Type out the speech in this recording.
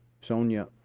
Sonia